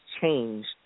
changed